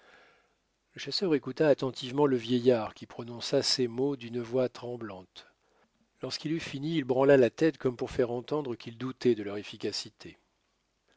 le chasseur écouta attentivement le vieillard qui prononça ces mots d'une voix tremblante lorsqu'il eut fini il branla la tête comme pour faire entendre qu'il doutait de leur efficacité